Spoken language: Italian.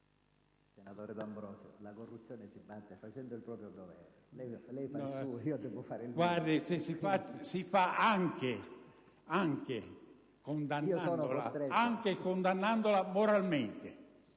Senatore D'Ambrosio, la corruzione si combatte facendo il proprio dovere: lei fa il suo, io devo fare il mio. D'AMBROSIO *(PD)*. Si fa anche condannandola moralmente.